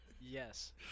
Yes